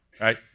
right